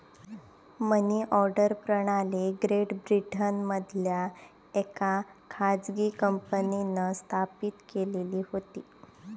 मनी order प्रणाली Great ब्रिटनमधल्या येका खाजगी कंपनींन स्थापित केलेली होती